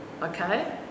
Okay